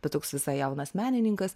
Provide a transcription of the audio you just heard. bet toks visai jaunas menininkas